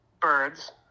birds